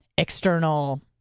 external